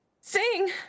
Sing